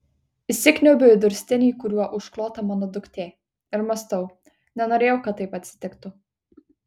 įsikniaubiu į durstinį kuriuo užklota mano duktė ir mąstau nenorėjau kad taip atsitiktų